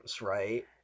right